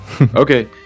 okay